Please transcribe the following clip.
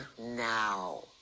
now